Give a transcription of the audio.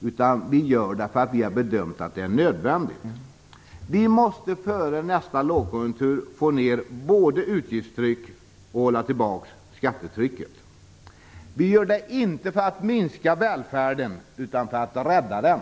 utan vi gör det för att vi har bedömt att det är nödvändigt. Vi måste före nästa lågkonjunktur få ner både utgiftstrycket och hålla tillbaka skattetrycket. Vi gör det inte för att minska välfärden, utan för att rädda den.